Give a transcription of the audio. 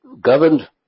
governed